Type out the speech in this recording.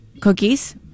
cookies